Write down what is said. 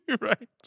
Right